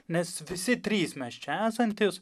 nes visi trys mes čia esantys